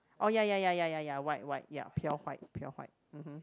oh ya ya ya ya ya ya white white ya pure white pure white mmhmm